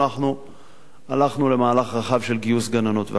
אנחנו הלכנו למהלך רחב של גיוס גננות והכשרתן.